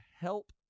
help